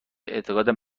اعتقادم